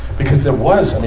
because there was,